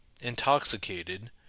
intoxicated